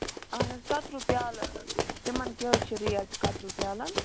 اَہَن حظ کَتریو پیٛالہٕ تِمن کیٛاہ حظ چھِ ریٹ کَتریو پیٛالن